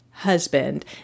husband